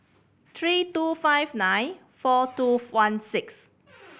three two five nine four two one six